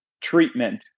treatment